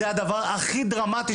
עכשיו הולכים ויש מדריכים